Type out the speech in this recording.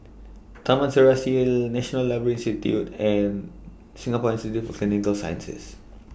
Taman Serasi National Library Institute and Singapore Institute For Clinical Sciences